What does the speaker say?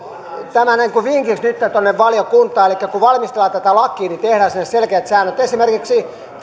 niin kuin vinkiksi nytten tuonne valiokuntaan elikkä kun valmistellaan tätä lakia niin tehdään sinne selkeät säännöt esimerkiksi